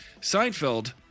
Seinfeld